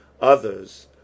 Others